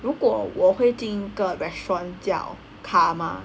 如果我会进一个 restaurant 叫 Karma